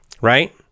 Right